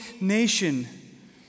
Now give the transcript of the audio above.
nation